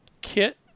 Kit